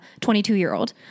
22-year-old